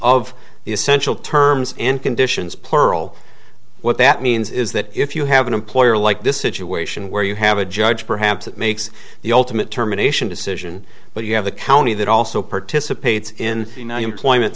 the essential terms and conditions plural what that means is that if you have an employer like this situation where you have a judge perhaps that makes the ultimate terminations decision but you have a county that also participates in you know employment